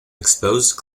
exposed